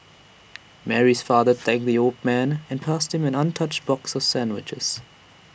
Mary's father thanked the old man and passed him an untouched box sandwiches